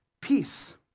peace